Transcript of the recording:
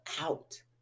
out